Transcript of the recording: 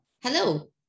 Hello